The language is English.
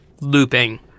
looping